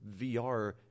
VR